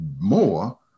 more